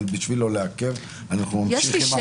אבל בשביל לא לעכב אנחנו נמשיך עם הנוסח הקיים.